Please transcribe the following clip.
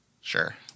Sure